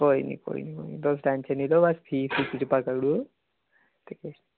कोई निं कोई निं तुस टैंशन निं लैओ बस फीस डिपाजिट करी ओड़ेओ